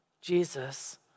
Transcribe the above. Jesus